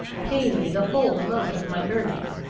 pay me the whole amount of my earnings,